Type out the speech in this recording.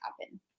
happen